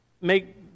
make